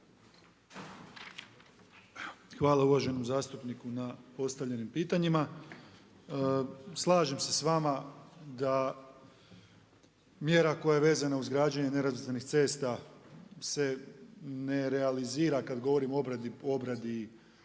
Hvala uvaženom zastupniku na postavljenim pitanjima. Slažem se s vama da mjera koja je vezana uz građenje nerazvrstanih cesta se ne realizira kada govorimo o obradi